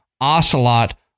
ocelot